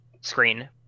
screen